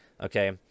Okay